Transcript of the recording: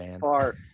far